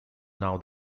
now